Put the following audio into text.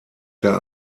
der